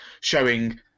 showing